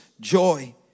joy